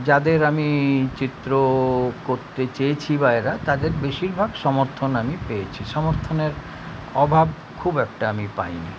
যাদের আমি চিত্র করতে চেয়েছি বা এরা তাদের বেশিরভাগ সমর্থন আমি পেয়েছি সমর্থনের অভাব খুব একটা আমি পাই নি